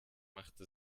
machte